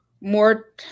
more